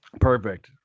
Perfect